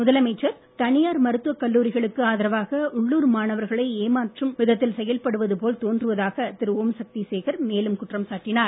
முதலமைச்சர் தனியார் மருத்துவக் கல்லூரிகளுக்கு ஆதரவாக உள்ளூர் மாணவர்களை ஏமாற்றும் விதத்தில் செயல் படுவது போல் தோன்றுவதாக திரு ஓம்சக்தி சேகர் மேலும் குற்றம் சாட்டினார்